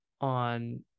on